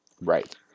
Right